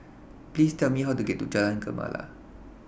Please Tell Me How to get to Jalan Gemala